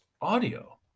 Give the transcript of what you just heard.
audio